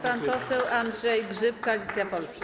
Pan poseł Andrzej Grzyb, Koalicja Polska.